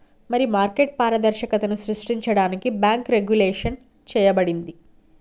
మరి మార్కెట్ పారదర్శకతను సృష్టించడానికి బాంకు రెగ్వులేషన్ చేయబడింది